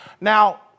Now